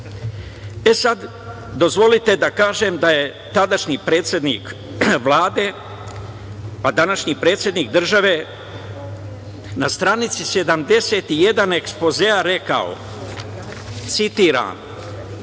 sad, dozvolite da kažem da je tadašnji predsednik Vlade, a današnji predsednik države na stranici 71 ekspozea rekao, citiram: